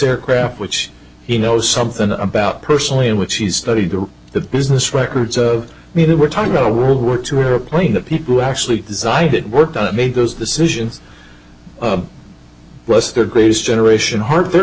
aircraft which he knows something about personally in which he's studied the business records i mean we're talking about a world war two era plane that people actually designed it worked on it made those decisions less their greatest generation heart they're